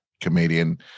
comedian